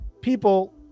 people